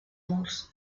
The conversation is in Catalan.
murs